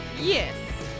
Yes